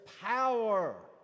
power